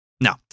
No